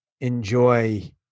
enjoy